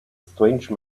strange